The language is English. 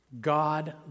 God